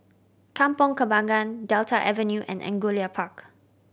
Kampong Kembangan Delta Avenue and Angullia Park